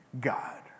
God